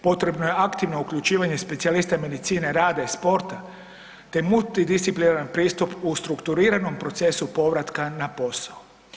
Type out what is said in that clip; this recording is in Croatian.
Potrebno je aktivno uključivanje specijalista medicina rada i sporta, te multidisciplinarni pristup u strukturiranom procesu povratka na posao.